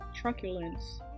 Truculence